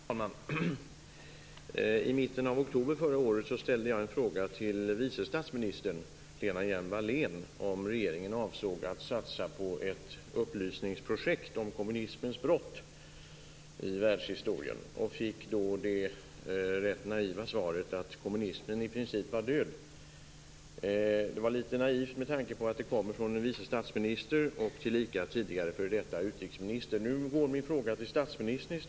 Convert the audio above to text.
Herr talman! I mitten av oktober förra året ställde jag en fråga till vice statsminister Lena Hjelm-Wallén om regeringen avsåg att satsa på ett upplysningsprojekt om kommunismens brott i världshistorien. Jag fick då det rätt naiva svaret att kommunismen i princip var död. Det var lite naivt med tanke på att det kom från en vice statsminister och tillika f.d. utrikesminister. Nu går i stället min fråga till statsministern.